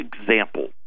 example